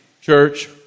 church